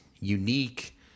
unique